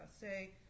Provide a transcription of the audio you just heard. say